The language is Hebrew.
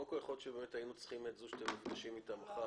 קודם כל יכול להיות שבאמת היינו צריכים את זו שאתם נפגשים איתה מחר,